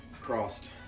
crossed